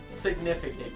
significant